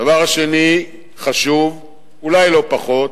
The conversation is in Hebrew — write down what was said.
דבר שני, חשוב אולי לא פחות,